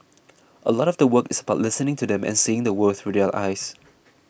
a lot of the work is about listening to them and seeing the world through their eyes